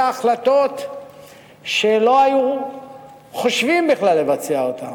החלטות שלא היו חושבים בכלל לבצע אותן.